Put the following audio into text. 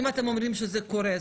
אם אתם אומרים שזה קורה.